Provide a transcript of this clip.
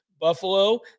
Buffalo